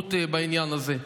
אי-נוחות בעניין הזה.